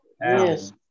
Yes